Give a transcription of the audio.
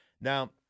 Now